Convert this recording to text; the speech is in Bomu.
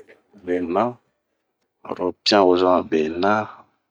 Be naa oro pian wozomɛ be na.